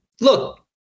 look